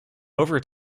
over